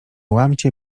łamcie